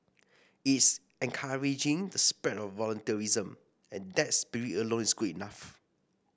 it's encouraging the spread of voluntarism and that spirit alone is good enough